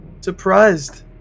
surprised